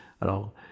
Alors